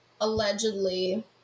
allegedly